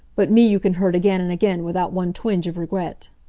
but me you can hurt again and again, without one twinge of regret.